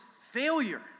failure